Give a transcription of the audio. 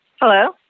Hello